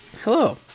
Hello